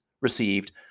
received